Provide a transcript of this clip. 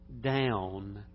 down